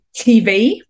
tv